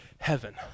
heaven